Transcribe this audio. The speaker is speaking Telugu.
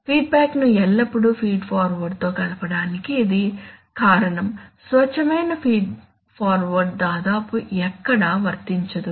ఫీడ్బ్యాక్ను ఎల్లప్పుడూ ఫీడ్ ఫార్వార్డ్తో కలపడానికి ఇది కారణం స్వచ్ఛమైన ఫీడ్ ఫార్వర్డ్ దాదాపు ఎక్కడా వర్తించదు